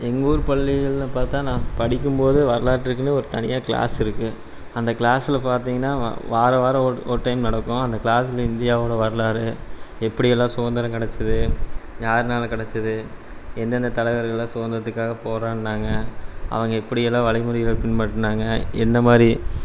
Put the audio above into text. எங்கள் ஊர் பள்ளிகளில் பார்த்தா நான் படிக்கும்போதே வரலாற்றுக்குன்னு ஒரு தனியாக க்ளாஸ் இருக்குது அந்த க்ளாஸில் பார்த்தீங்கன்னா வாரம் வாரம் ஒரு ஒரு டைம் நடக்கும் அந்தக் க்ளாஸில் இந்தியாவோடய வரலாறு எப்படியெல்லாம் சுதந்திரம் கெடைச்சிது யாருனால கெடைச்சிது எந்தெந்த தலைவர்கள்லாம் சுதந்திரத்துக்காக போராடினாங்க அவங்க எப்படியெல்லாம் வழிமுறைகளை பின்பற்றினாங்க எந்த மாதிரி